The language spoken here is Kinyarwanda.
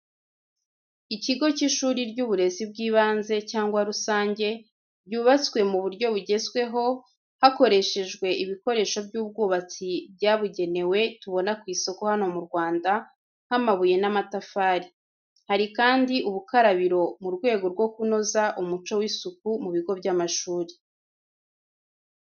Ikigo cy’ishuri ry’uburezi bw’ibanze cyangwa rusange, ryubatswe mu buryo bugezweho, hakoreshejwe ibikoresho by’ubwubatsi byabugenewe tubona ku isoko hano mu Rwanda nk’amabuye n’amatafari. Hari kandi ubukarabiro mu rwego rwo kunoza umuco w'isuku mu bigo by'amashuri.